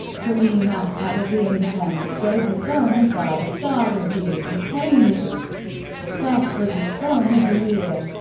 kaleem aftab of the independent gave the film a five-star review, hailing it the best british film of the year.